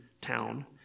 town